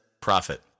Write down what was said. profit